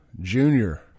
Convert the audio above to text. Junior